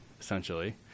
essentially